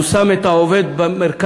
הוא שם את העובד במרכז,